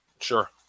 Sure